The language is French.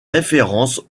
référence